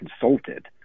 consulted